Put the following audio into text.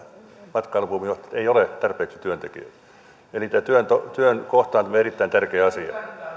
matkailubuumin johdosta ei ole tarpeeksi työntekijöitä eli tämä työn työn kohtaantuminen on erittäin tärkeä asia